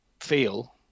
feel